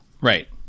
Right